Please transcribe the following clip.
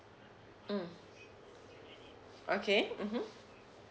mm okay mmhmm